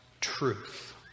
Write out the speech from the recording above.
truth